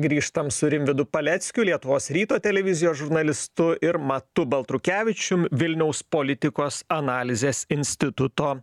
grįžtam su rimvydu paleckiu lietuvos ryto televizijos žurnalistu ir matu baltrukevičium vilniaus politikos analizės instituto